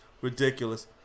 ridiculous